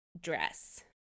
dress